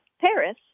Paris